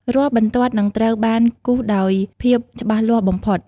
រាល់បន្ទាត់នឹងត្រូវបានគូសដោយភាពច្បាស់លាស់បំផុត។